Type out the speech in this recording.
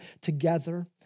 together